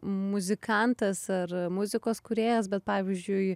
muzikantas ar muzikos kūrėjas bet pavyzdžiui